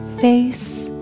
face